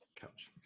couch